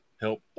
Help